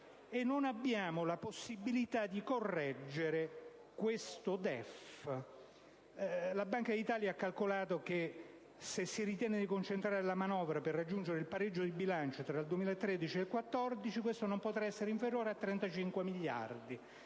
non abbiamo la possibilità di correggere questo DEF. La Banca d'Italia ha calcolato che, se si ritiene di concentrare la manovra per raggiungere il pareggio di bilancio tra il 2013 ed il 2014, questa non potrà essere inferiore a 35 miliardi